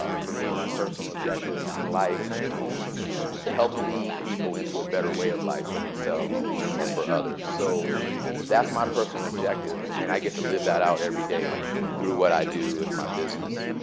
ah for me, my personal objective in life is to help lead people into a better way of life for themselves and for others. so that's my personal objective. and i get to live that out every day through what i do with my business.